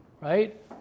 right